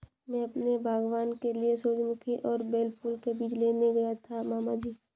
मैं अपने बागबान के लिए सूरजमुखी और बेला फूल के बीज लेने गया था मामा जी